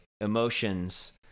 emotions